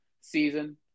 season